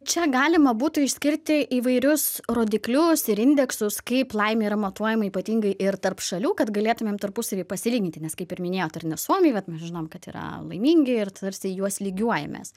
čia galima būtų išskirti įvairius rodiklius ir indeksus kaip laimė yra matuojama ypatingai ir tarp šalių kad galėtumėm tarpusavy pasilyginti nes kaip ir minėjot ar ne suomiai vat mes žinom kad yra laimingi ir tarsi į juos lygiuojamės